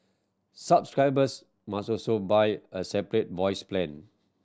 subscribers must also buy a separate voice plan